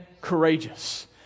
courageous